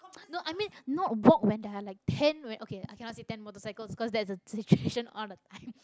no I mean not walk man then like ten when okay I cannot say ten motorcycles cause there is a situation all the time